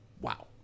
Wow